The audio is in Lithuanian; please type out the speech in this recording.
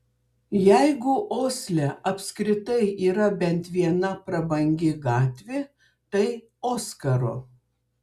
jeigu osle apskritai yra bent viena prabangi gatvė tai oskaro